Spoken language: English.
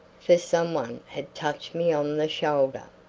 for some one had touched me on the shoulder.